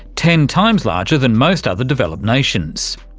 ten times larger than most other developed nations.